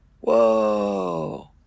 Whoa